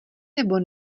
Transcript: nebo